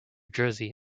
jersey